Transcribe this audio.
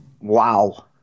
Wow